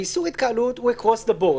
איסור התקהלות הוא across the board,